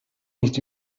nicht